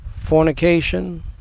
fornication